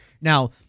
Now